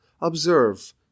observe